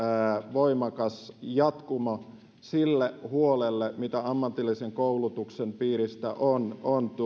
voimakas jatkumo sille huolelle mitä ammatillisen koulutuksen piiristä on